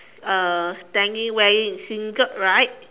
uh standing wearing singlet right